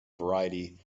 variety